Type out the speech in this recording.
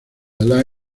the